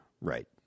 Right